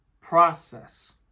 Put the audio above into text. process